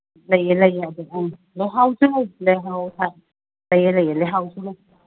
ꯂꯩꯌꯦ ꯂꯩꯌꯦ ꯑꯪ ꯂꯩꯍꯥꯎꯁꯨ ꯂꯩꯍꯥꯎ ꯍꯣꯏ ꯂꯩꯌꯦ ꯂꯩꯌꯦ ꯂꯩꯍꯥꯎꯁꯨ ꯂꯩ